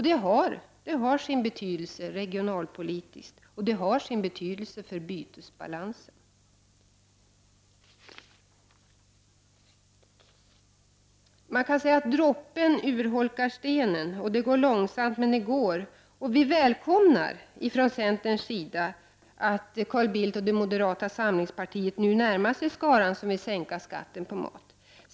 Det har sin betydelse regionalpolitiskt, och det har sin betydelse för bytesbalansen. Droppen urholkar stenen. Det går långsamt, men det går. Vi välkomnar från centerns sida att Carl Bildt och moderata samlingspartiet nu närmar sig den skara som vill sänka skatten på mat.